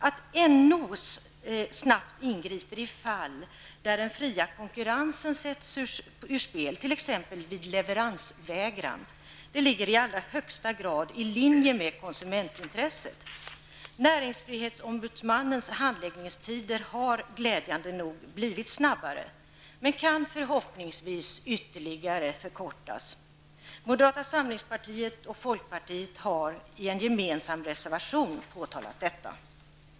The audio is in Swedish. Att näringsfrihetsombudsmannen, NO, snabbt ingriper i fall där den fria konkurrensen sätts ur spel, t.ex. vid leveransvägran, ligger i allra högsta grad i linje med konsumentintresset. Näringsfrihetsombudsmannens handläggningstider har glädjande nog blivit kortare men kan förhoppningsvis ytterligare förkortas. Moderata samlingspartiet och folkpartiet pekar i en gemensam reservation på detta.